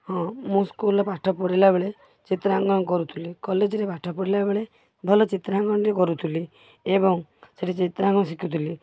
ହଁ ମୁଁ ସ୍କୁଲରେ ପାଠ ପଢ଼ିଲାବେଳେ ଚିତ୍ରାଙ୍କନ କରୁଥିଲି କଲେଜରେ ପାଠ ପଢ଼ିଲାବେଳେ ଭଲ ଚିତ୍ରାଙ୍କନ ଟିଏ କରୁଥିଲି ଏବଂ ସେଇଠି ଚିତ୍ରାଙ୍କନ ଶିଖୁଥିଲି